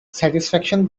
satisfaction